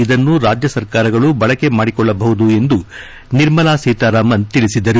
ಇದನ್ನು ರಾಜ್ಯ ಸರ್ಕಾರಗಳು ಬಳಕೆ ಮಾಡಿಕೊಳ್ಳಬಹುದು ಎಂದು ನಿರ್ಮಲಾ ಸೀತಾರಾಮನ್ ಹೇಳಿದರು